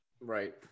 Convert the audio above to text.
Right